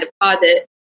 deposit